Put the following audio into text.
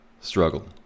struggle